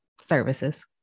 services